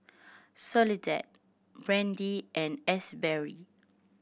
Soledad Brandie and Asberry